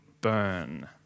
burn